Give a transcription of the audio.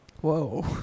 Whoa